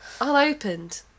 Unopened